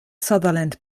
sutherland